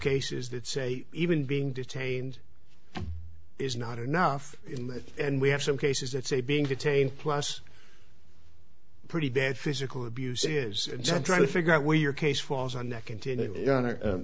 cases that say even being detained is not enough and we have some cases that say being detained last pretty bad physical abuse is just trying to figure out where your case falls on